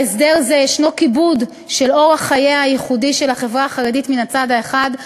בהסדר זה יש כיבוד של אורח חייה הייחודי של החברה החרדית מן הצד האחד,